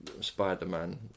Spider-Man